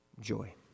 joy